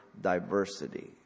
diversity